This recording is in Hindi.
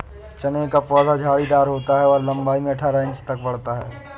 चने का पौधा झाड़ीदार होता है और लंबाई में अठारह इंच तक बढ़ता है